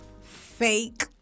fake